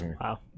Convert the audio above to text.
Wow